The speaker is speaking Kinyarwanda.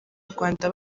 rwanda